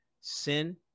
sin